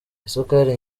isukari